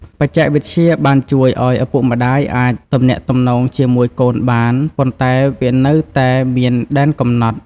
បច្ចេកវិទ្យាបានជួយឱ្យឪពុកម្ដាយអាចទំនាក់ទំនងជាមួយកូនបាន ប៉ុន្តែវានៅតែមានដែនកំណត់។